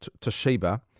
Toshiba